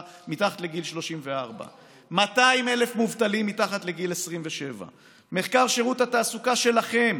מתחת לגיל 34. 200,000 מובטלים מתחת לגיל 27. מחקר שירות התעסוקה שלכם